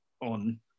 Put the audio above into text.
on